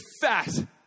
fat